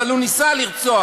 אבל הוא ניסה לרצוח.